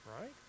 right